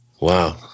Wow